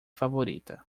favorita